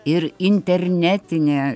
ir internetinė